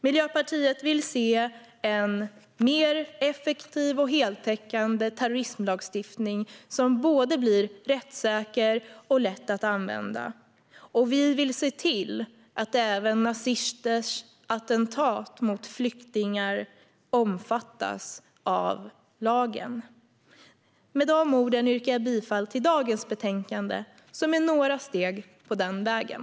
Miljöpartiet vill se en mer effektiv och heltäckande terrorismlagstiftning som både blir rättssäker och lätt att använda, och vi vill se till att även nazisters attentat mot flyktingar omfattas av lagen. Med de orden yrkar jag bifall till förslaget i dagens betänkande, som innebär några steg på den vägen.